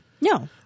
No